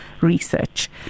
research